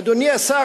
אדוני השר.